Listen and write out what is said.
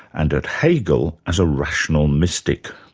and at hegel as a rational mystic.